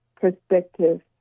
perspective